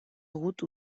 hagut